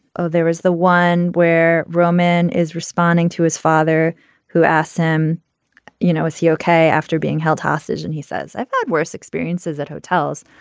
oh there is the one where roman is responding to his father who asks him you know is he okay after being held hostage. and he says i've had worse experiences at hotels.